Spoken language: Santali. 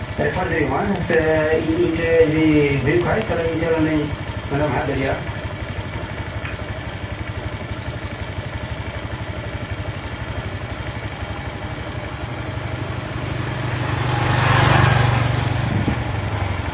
ᱯᱨᱮᱥᱟᱨ ᱫᱟᱲᱮᱣᱟᱢᱟ ᱥᱮ ᱤᱧ ᱴᱷᱮᱡ ᱡᱩᱫᱤ ᱦᱩᱭᱩᱜ ᱠᱷᱟᱡ ᱛᱟᱞᱦᱮ ᱤᱧ ᱴᱷᱮᱡ ᱠᱷᱚᱱᱟᱹᱧ ᱱᱚᱸᱰᱮᱢ ᱦᱮᱡ ᱫᱟᱲᱮᱭᱟᱜᱼᱟ